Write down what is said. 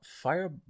Fire